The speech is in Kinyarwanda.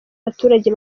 abaturage